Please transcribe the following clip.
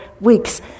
weeks